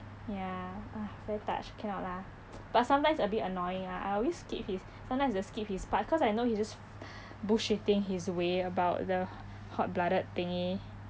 ya ugh very touched cannot lah but sometimes a bit annoying ah I always skip his sometimes the skip his part cause I know he is just bullshitting his way about the hot blooded thingy